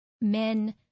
men